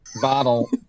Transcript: bottle